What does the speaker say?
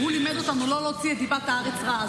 הוא לימד אותנו לא להוציא את דיבת הארץ רעה.